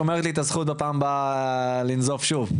ואני שומר לעצמי את הזכות לפעם הבאה לנזוף שוב.